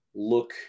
look